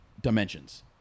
dimensions